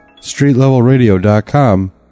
streetlevelradio.com